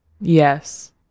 Yes